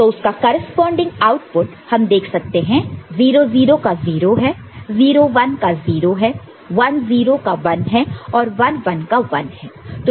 तो उसका corresponding output हम देख सकते हैं 0 0 का 0 है 0 1 का 0 है 1 0 का 1 है और 1 1 का 1 है